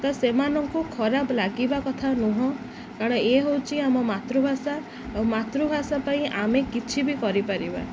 ତ ସେମାନଙ୍କୁ ଖରାପ ଲାଗିବା କଥା ନୁହଁ କାରଣ ଏ ହେଉଛି ଆମ ମାତୃଭାଷା ଆଉ ମାତୃଭାଷା ପାଇଁ ଆମେ କିଛି ବି କରିପାରିବା